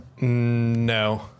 No